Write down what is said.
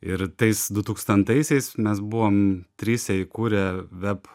ir tais dutūkstantaisiais mes buvom trise įkūrę veb